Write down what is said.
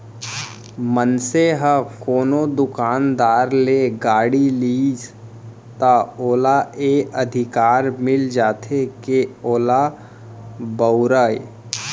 मनसे ह कोनो दुकानदार ले गाड़ी लिस त ओला ए अधिकार मिल जाथे के ओला बउरय